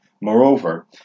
Moreover